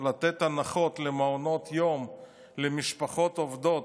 לתת הנחות למעונות יום למשפחות עובדות,